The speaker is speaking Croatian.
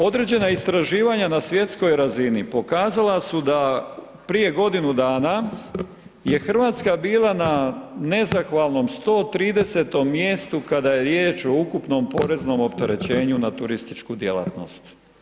Određena istraživanja na svjetskoj razini pokazala su da prije godinu dana je Hrvatska bila na nezahvalnom 130. mjestu kada je riječ o ukupnom poreznom opterećenju na turističku djelatnost.